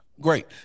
great